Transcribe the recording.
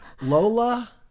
Lola